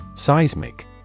Seismic